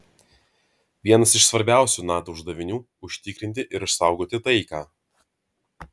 vienas iš svarbiausių nato uždavinių užtikrinti ir išsaugoti taiką